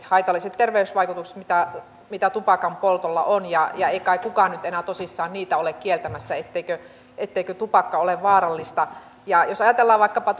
haitalliset terveysvaikutukset mitä mitä tupakanpoltolla on ja ja ei kai kukaan nyt enää tosissaan sitä ole kieltämässä etteikö etteikö tupakka ole vaarallista jos ajatellaan vaikkapa